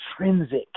intrinsic